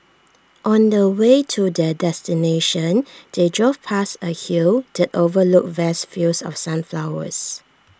on the way to their destination they drove past A hill that overlooked vast fields of sunflowers